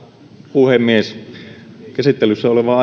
puhemies käsittelyssä oleva